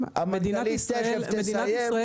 מדינת ישראל